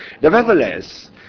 nevertheless